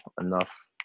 enough